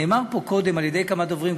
נאמר פה קודם על-ידי כמה דוברים,